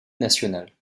nationale